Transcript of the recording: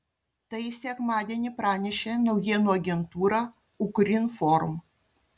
tai sekmadienį pranešė naujienų agentūra ukrinform